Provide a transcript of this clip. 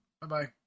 Bye-bye